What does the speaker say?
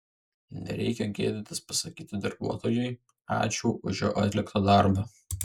nereikia gėdytis pasakyti darbuotojui ačiū už jo atliktą darbą